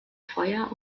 feuer